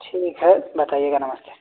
ठीक है बताइएगा नमस्ते